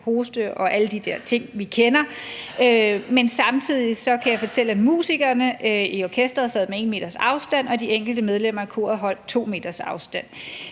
hoste og alle de der ting, vi kender. Men samtidig kan jeg fortælle, at musikerne i orkestret sad med 1 meters afstand, og at de enkelte medlemmer af koret holdt 2 meters afstand.